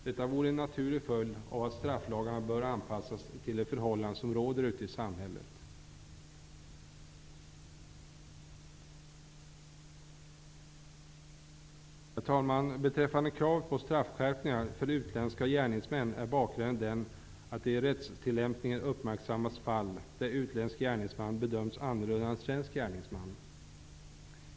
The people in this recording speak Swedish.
Detta vore en naturlig följd av att strafflagarna anpassas till de förhållanden som råder ute i samhället. Beträffande kravet på straffskärpningar för utländska gärningsmän är bakgrunden den att det i rättstillämpningen uppmärksammats fall där utländsk gärningsman bedömts annorlunda än svensk gärningsman.